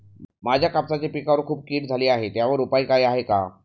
माझ्या कापसाच्या पिकावर खूप कीड झाली आहे यावर काय उपाय आहे का?